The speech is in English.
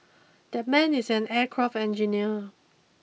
that man is an aircraft engineer